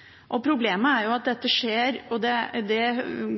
dette. Problemet er at dette skjer,